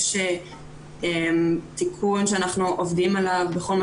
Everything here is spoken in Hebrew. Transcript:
יש תיקון שאנחנו עובדים עליו בכל מה